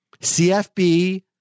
CFB